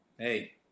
Hey